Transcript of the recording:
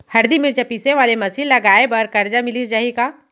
हरदी, मिरचा पीसे वाले मशीन लगाए बर करजा मिलिस जाही का?